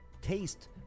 Taste